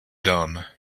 done